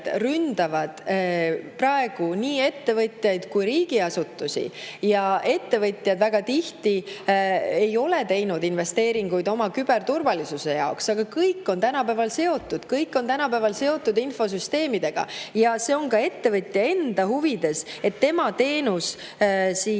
ründavad praegu nii ettevõtjaid kui riigiasutusi ja ettevõtjad väga tihti ei ole teinud investeeringuid oma küberturvalisuse huvides. Aga kõik on tänapäeval seotud. Kõik on tänapäeval seotud infosüsteemidega ja see on ettevõtja enda huvides, et tema teenus